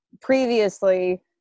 previously